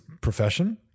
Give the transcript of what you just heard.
profession